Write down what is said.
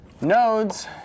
nodes